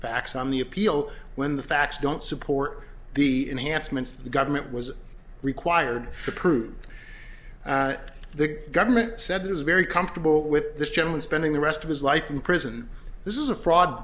facts on the appeal when the facts don't support the enhancements the government was required to prove the government said it was very comfortable with this gentleman spending the rest of his life in prison this is a fraud